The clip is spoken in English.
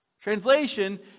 Translation